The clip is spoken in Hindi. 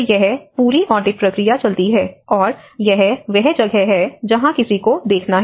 तो यह पूरी ऑडिट प्रक्रिया चलती है और यह वह जगह है जहाँ किसी को देखना है